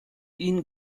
ihn